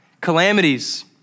calamities